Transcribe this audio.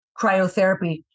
cryotherapy